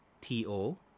T-O